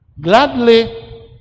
gladly